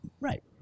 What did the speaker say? Right